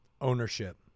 ownership